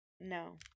No